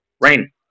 rain